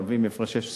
הנובעים מהפרשי שומה,